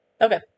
Okay